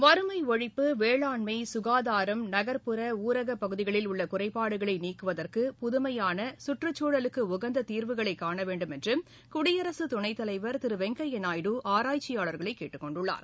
வறுமை ஒழிப்பு வேளாண்மை சுகாதாரம் நகா்புற ஊரக பகுதிகளில் உள்ள குறைபாடுகளை நீக்குவதற்கு புதமையான கற்றுக்குழலுக்கு உகந்த தீாவுகளை காண வேண்டுமென்று குடியரசு துணைத்தலைவா் திரு வெங்கையா நாயுடு ஆராய்ச்சியாாள்களை கேட்டுக் கொண்டுள்ளார்